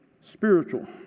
spiritual